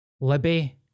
Libby